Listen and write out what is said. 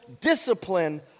discipline